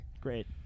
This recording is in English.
Great